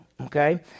okay